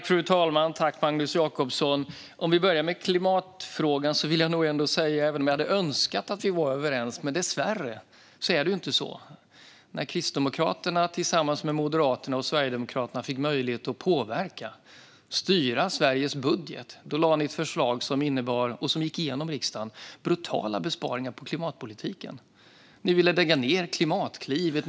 Fru talman! För att börja med klimatfrågan hade jag önskat att vi var överens, men dessvärre är det inte så. När Kristdemokraterna tillsammans med Moderaterna och Sverigedemokraterna fick möjlighet att påverka, att styra Sveriges budget, lade ni fram ett förslag som gick igenom i riksdagen och som innebar brutala besparingar på klimatpolitiken. Ni ville lägga ned Klimatklivet.